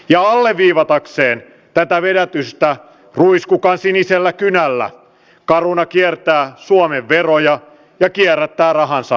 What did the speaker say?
ja alleviivatakseen tätä vedätystä ruiskukansinisellä kynällä caruna kiertää suomen veroja ja kierrättää rahansa veroparatiisiin